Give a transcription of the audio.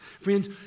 Friends